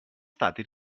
stati